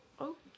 okay